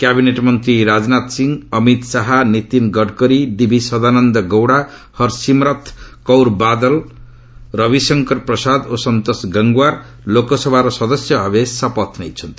cabinet ମନ୍ତ୍ରୀ Rajnath Singh Amit Shah Nitin Gadkari D V Sadananda Gowda Harsimrat Kaur Badal Ravishankar Prasad ଓ ସନ୍ତୋଷ ଗଙ୍ଗ୍ୱାର୍ ଲୋକସଭାର ସଦସ୍ୟ ଭାବେ ଶପଥ ନେଇଛନ୍ତି